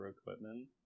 equipment